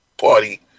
party